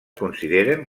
consideren